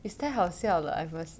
it's 太好笑了 at first